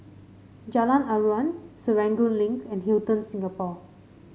Jalan Aruan Serangoon Link and Hilton Singapore